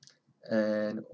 and